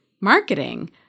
marketing